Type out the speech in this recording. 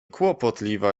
kłopotliwa